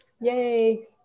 Yay